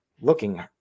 looking –